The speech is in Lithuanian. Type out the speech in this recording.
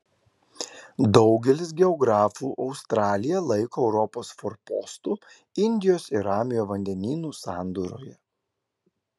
daugelis geografų australiją laiko europos forpostu indijos ir ramiojo vandenynų sandūroje